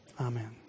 Amen